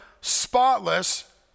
spotless